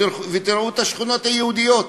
ותראו את השכונות היהודיות.